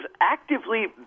actively